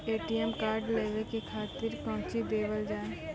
ATM card लेवे के खातिर कौंची देवल जाए?